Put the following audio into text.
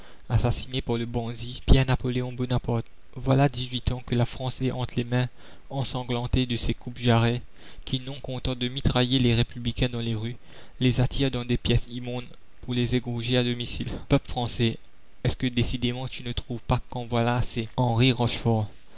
assassiné par le bandit pierrenapoléon bonaparte voilà dix-huit ans que la france est entre les mains ensanglantées de ces coupe-jarrets qui non contents de mitrailler les républicains dans les rues les attirent dans des pièces immondes pour les égorger à domicile peuple français est-ce que décidément tu ne trouves pas qu'en voilà